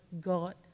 God